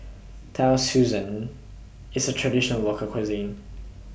Tau Susan IS A Traditional Local Cuisine